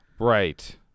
right